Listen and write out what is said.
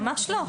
ממש לא.